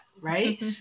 right